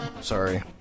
Sorry